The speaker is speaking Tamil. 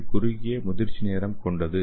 இது குறுகிய முதிர்ச்சி நேரம் கொண்டது